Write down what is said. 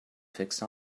fixed